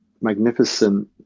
magnificent